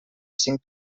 cinc